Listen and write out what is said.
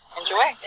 enjoy